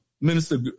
Minister